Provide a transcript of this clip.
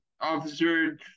officer